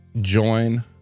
Join